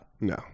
No